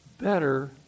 better